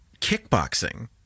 kickboxing